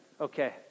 Okay